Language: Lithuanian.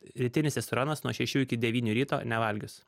rytinis testosteronas nuo šešių iki devynių ryto nevalgius